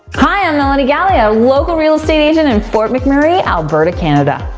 hi, i'm melanie galea, local real estate agent in fort mcmurray, alberta, canada.